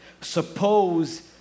Suppose